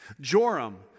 Joram